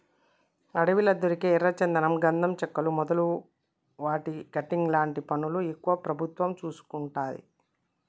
అడవిలా దొరికే ఎర్ర చందనం గంధం చెక్కలు మొదలు వాటి కటింగ్ లాంటి పనులు ఎక్కువ ప్రభుత్వం చూసుకుంటది